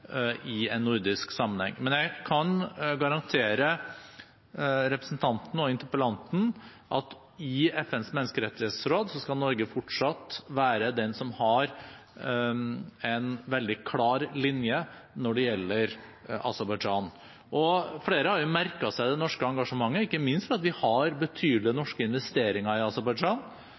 i en nordisk sammenheng. Men jeg kan garantere interpellanten at i FNs menneskerettighetsråd skal Norge fortsatt være det landet som har en veldig klar linje når det gjelder Aserbajdsjan. Flere har merket seg det norske engasjementet, ikke minst fordi vi har betydelige